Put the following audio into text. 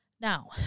Now